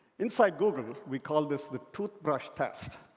inside google, we call this the toothbrush test.